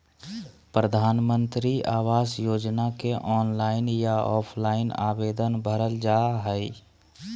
प्रधानमंत्री आवास योजना के ऑनलाइन या ऑफलाइन आवेदन भरल जा हइ